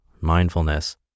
mindfulness